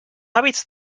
hàbits